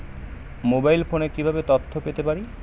Mobile ফোনে কিভাবে তথ্য পেতে পারি?